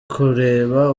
kureba